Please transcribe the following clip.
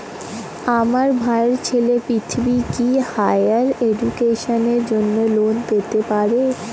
আমার ভাইয়ের ছেলে পৃথ্বী, কি হাইয়ার এডুকেশনের জন্য লোন পেতে পারে?